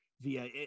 via